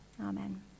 amen